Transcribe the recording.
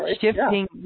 Shifting